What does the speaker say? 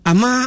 Ama